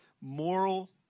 moral